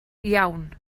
iawn